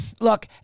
Look